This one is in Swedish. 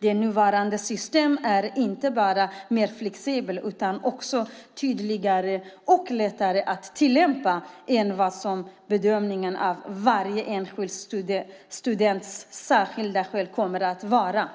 Det nuvarande systemet är inte bara mer flexibelt utan också tydligare och lättare att tillämpa än vad en bedömning av varje enskild students särskilda skäl kommer att vara.